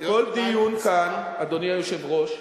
כל דיון כאן, אדוני היושב-ראש,